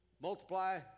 Multiply